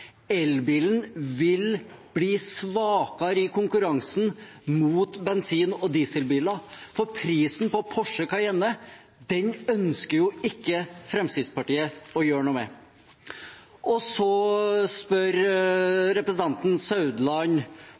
elbilen vil bli svakere i konkurransen mot bensin- og dieselbiler, for prisen på Porsche Cayenne ønsker ikke Fremskrittspartiet å gjøre noe med. Så spør representanten Meininger Saudland